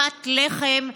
לפת לחם,